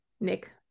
Nick